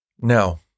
Now